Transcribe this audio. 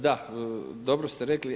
Da, dobro ste rekli.